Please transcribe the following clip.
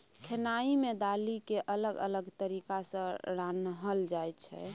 खेनाइ मे दालि केँ अलग अलग तरीका सँ रान्हल जाइ छै